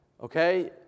okay